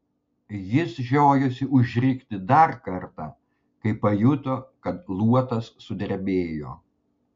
jis žiojosi užrikti dar kartą kai pajuto kad luotas sudrebėjo